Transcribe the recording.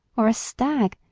or a stag,